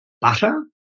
butter